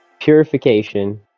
purification